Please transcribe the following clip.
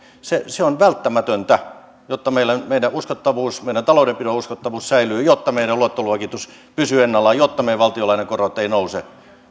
se se on välttämätöntä jotta meidän uskottavuutemme meidän taloudenpitomme uskottavuus säilyy jotta meidän luottoluokituksemme pysyy ennallaan jotta meidän valtiolainamme korot eivät nouse